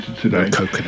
today